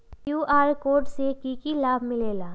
QR code से कि कि लाव मिलेला?